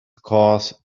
because